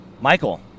Michael